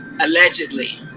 Allegedly